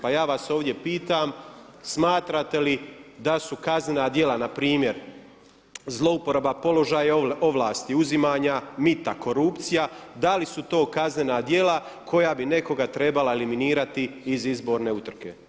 Pa ja vas ovdje pitam smatrate li da su kaznena djela na primjer zlouporaba položaja i ovlasti, uzimanja mita, korupcija, da li su to kaznena djela koja bi nekoga trebala eliminirati iz izborne utrke.